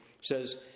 says